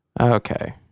Okay